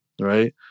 right